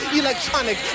electronic